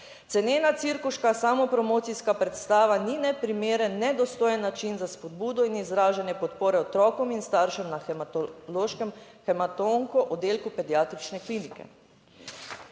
Cenena, cirkuška, samopromocijska predstava ni neprimeren, nedostojen način za spodbudo in izražanje podpore otrokom in staršem na hematološkem hemato-onko oddelku pediatrične klinike.